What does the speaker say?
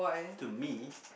to me